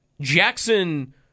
Jackson